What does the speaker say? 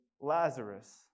Lazarus